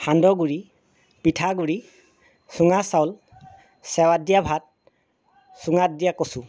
সান্দহ গুৰি পিঠা গুৰি চুঙা চাউল চেৱাঁত দিয়া ভাত চুঙাত দিয়া কচু